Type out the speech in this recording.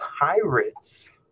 pirates